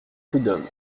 prud’homme